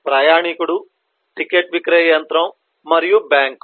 ప్రయాణికుడు ticket విక్రయ యంత్రం మరియు బ్యాంకు